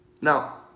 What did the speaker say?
Now